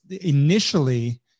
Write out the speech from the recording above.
initially